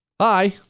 Hi